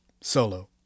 Solo